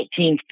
1950